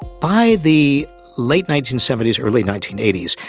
by the late nineteen seventy s, early nineteen eighty s,